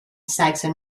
saxon